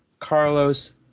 Carlos